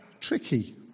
tricky